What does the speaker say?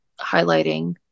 highlighting